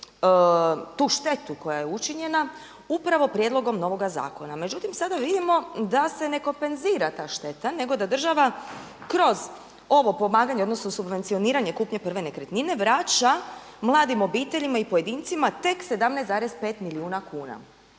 tu štetu koja je učinjena upravo prijedlogom novoga zakona. Međutim, sada vidimo da se ne kompenzira ta šteta nego da država kroz ovo pomaganje odnosno subvencioniranje kupnje prve nekretnine vraća mladim obiteljima i pojedincima tek 17,5 milijuna kuna.